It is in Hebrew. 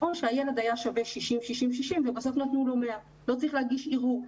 הילד היה שווה 60 ובסוף נתנו לו 100. ככה שלא צריך להגיש ערעור,